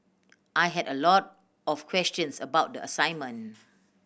I had a lot of questions about the assignment